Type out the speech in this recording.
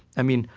i mean,